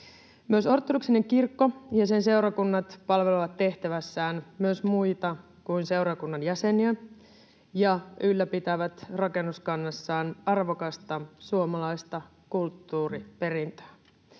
Ortodoksinen kirkko ja sen seurakunnat palvelevat tehtävässään myös muita kuin seurakunnan jäseniä ja ylläpitävät rakennuskannassaan arvokasta suomalaista kulttuuriperintöä.